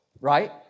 right